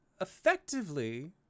Effectively